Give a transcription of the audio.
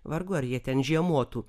vargu ar jie ten žiemotų